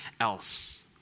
else